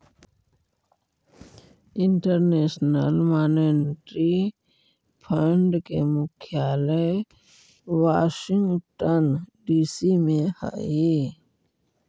international monetary fund के मुख्यालय Washington DC में हई